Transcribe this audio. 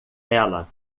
ela